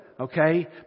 okay